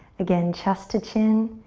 again, chest to chin,